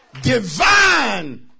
divine